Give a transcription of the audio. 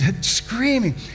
screaming